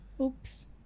Oops